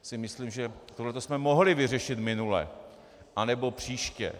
To si myslím, že tohleto jsme mohli vyřešit minule, anebo příště.